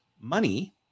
money